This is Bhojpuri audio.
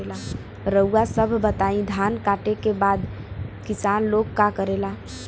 रउआ सभ बताई धान कांटेके बाद किसान लोग का करेला?